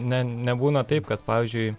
ne nebūna taip kad pavyzdžiui